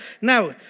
now